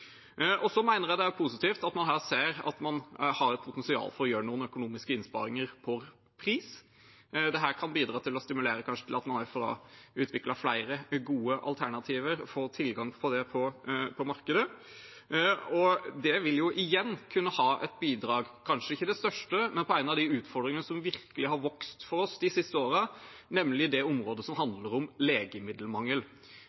mener det er positivt at man her ser at man har et potensial for å gjøre noen økonomiske innsparinger, med tanke på pris. Dette kan kanskje bidra til å stimulere til at man også får utviklet flere gode alternativer, får tilgang til det på markedet. Det vil igjen kunne være et bidrag – men kanskje ikke det største – når det gjelder en av de utfordringene som virkelig har vokst for oss de siste årene, nemlig det området som